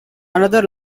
another